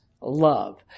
love